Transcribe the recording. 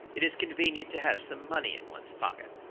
it is convenient to have some money in one's pocket